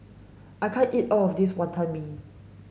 I can't eat all of this Wonton Mee